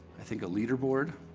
i think, a leaderboard.